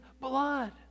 blood